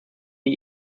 wir